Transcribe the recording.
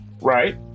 right